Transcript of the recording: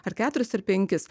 ar keturis ar penkis